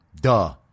Duh